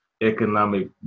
economic